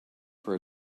for